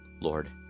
Lord